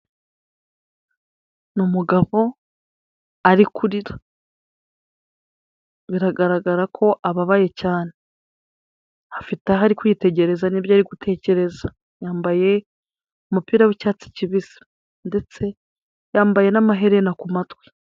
Ni umugabo ari kurira, biragaragara ko ababaye cyane, afite aho ari kwitegereza n'ibyo ari gutekereza, yambaye umupira w'icyatsi kibisi ndetse yambaye n'amaherena ku matwi.